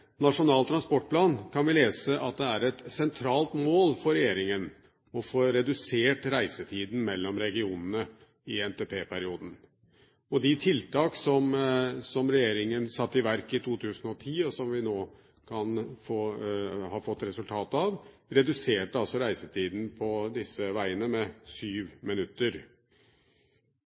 Nasjonal transportplan kan vi lese at det er et sentralt mål for regjeringen å få redusert reisetiden mellom regionene i NTP-perioden. Og de tiltak som regjeringen satte i verk i 2010, og som vi nå har fått resultatet av, reduserte altså reisetiden på disse veiene med 7 minutter.